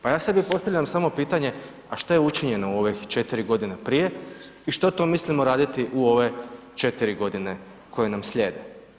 Pa ja sebi samo postavljam pitanje, a šta je učinjeno u ovih 4 godine prije i što to mislimo raditi u ove 4 godine koje nam slijede.